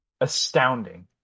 astounding